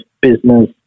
business